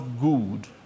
good